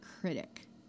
critic